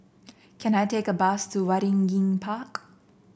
can I take a bus to Waringin Park